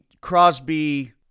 Crosby